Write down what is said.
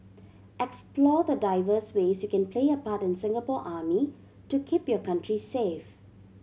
explore the diverse ways you can play a part in the Singapore Army to keep your country safe